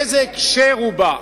באיזה הקשר הוא בא.